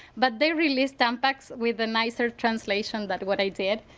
but they released tampax with a nicer translation than what i did.